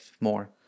more